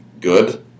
good